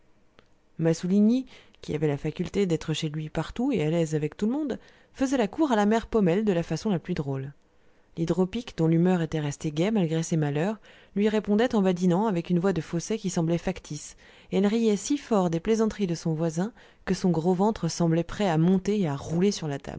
massouligny qui avait la faculté d'être chez lui partout et à l'aise avec tout le monde faisait la cour à la mère paumelle de la façon la plus drôle l'hydropique dont l'humeur était restée gaie malgré ses malheurs lui répondait en badinant avec une voix de fausset qui semblait factice et elle riait si fort des plaisanteries de son voisin que son gros ventre semblait prêt à monter et à rouler sur la